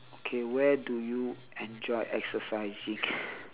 okay where do you enjoy exercising